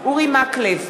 אורי מקלב,